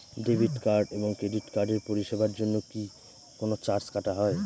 Debit card এবং credit কার্ডের পরিষেবার জন্য কি কোন চার্জ কাটা হয়?